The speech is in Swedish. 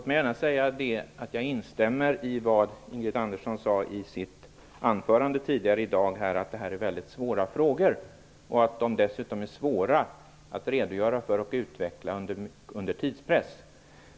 Herr talman! Jag instämmer i vad Ingrid Andersson sade i sitt anförande tidigare i dag, nämligen att det här är väldigt svåra frågor och att det dessutom är svårt att redogöra för dem och att utveckla dem under tidspress.